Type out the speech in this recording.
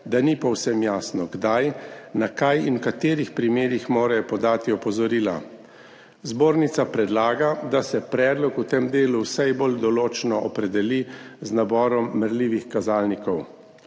da ni povsem jasno, kdaj, na kaj in v katerih primerih morajo podati opozorila. Zbornica predlaga, da se predlog v tem delu vse bolj določno opredeli z naborom merljivih kazalnikov.